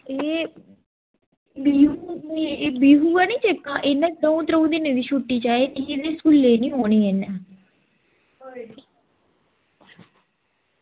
एह् बीवू एह् बीवू ना जेह्का इन्ने द'ऊं त्रऊं दिनें दी छुट्टी चाहिदी ही ते स्कूलै ई निं औना ई इ'न्नै